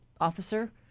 officer